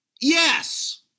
yes